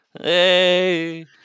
Hey